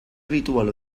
habitual